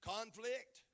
Conflict